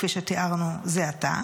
כפי שתיארנו זה עתה.